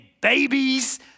babies